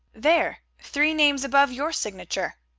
there, three names above your signature.